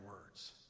words